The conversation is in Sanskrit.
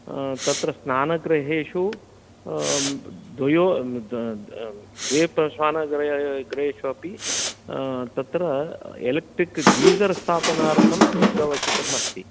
तत्र स्नानगृहेषु द्वयो द्वे प्र स्नगृहेष्वपि तत्र एलेक्ट्रिक् गीसर् स्थापनार्थं प्लग् अवश्यकमस्ति